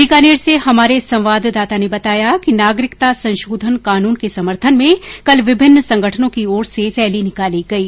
बीकानेर से हमारे संवाददाता ने बताया कि नागरिकता संशोधन कानून के समर्थन में कल विभिन्न संगठनों की ओर से रैली निकाली गई